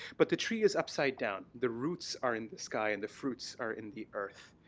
but the tree is upside down, the roots are in the sky and the fruits are in the earth.